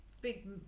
big